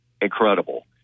incredible